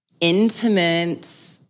intimate